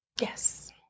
Yes